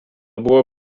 buvo